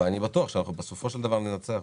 אני בטוח שבסופו של דבר ננצח.